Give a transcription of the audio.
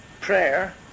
prayer